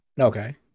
okay